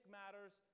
matters